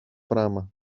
πράμα